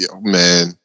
Man